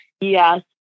Yes